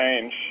change